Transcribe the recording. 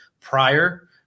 prior